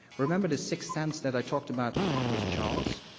remember the sixth sense that i talked about with charles?